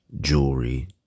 jewelry